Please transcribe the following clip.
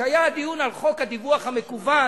כשהיה דיון על חוק הדיווח המקוון,